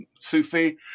Sufi